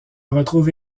retrouve